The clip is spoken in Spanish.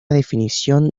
definición